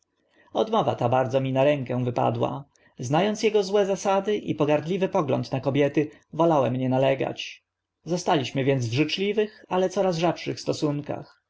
odmowa ta bardzo mi na rękę wypadła zna ąc ego złe zasady i pogardliwy pogląd na kobiety wolałem nie nalegać zostaliśmy więc w życzliwych ale coraz rzadszych stosunkach